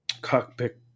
cockpit